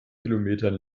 kilometern